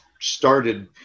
started